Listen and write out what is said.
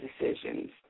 decisions